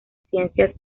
ciencias